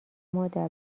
مادر